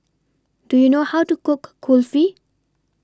Do YOU know How to Cook Kulfi